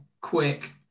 quick